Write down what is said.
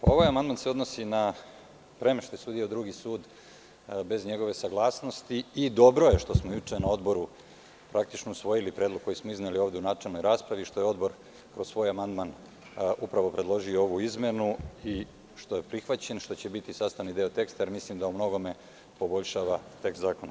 Ovaj amandman se odnosi na premeštaj sudija u drugi sud bez njegove saglasnosti i dobro je što smo juče na Odboru praktično usvoji predlog koji smo izneli ovde u načelnoj raspravi, što je kroz svoj amandman Odbor upravo predložio ovu izmeni, i što je prihvaćen i što će biti sastavni deo teksta jer mislim da on u mnogome poboljšava tekst zakona.